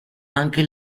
anche